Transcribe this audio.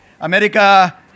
America